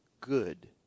good